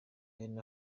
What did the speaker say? ben